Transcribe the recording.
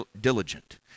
diligent